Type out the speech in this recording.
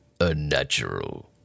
unnatural